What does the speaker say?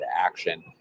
action